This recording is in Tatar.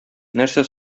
нәрсә